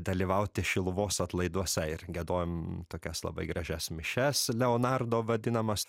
dalyvauti šiluvos atlaiduose ir giedojom tokias labai gražias mišias leonardo vadinamas